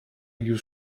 już